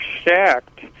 stacked